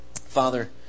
Father